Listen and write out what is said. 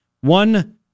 One